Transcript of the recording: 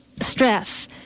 stress